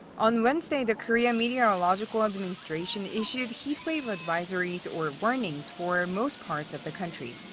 on wednesday, the korea meteorological administration issued heat wave advisories or warnings for most parts of the country.